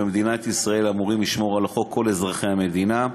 ובמדינת ישראל אמורים לשמור על החוק כל אזרחי המדינה,